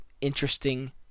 interesting